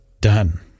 done